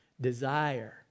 desire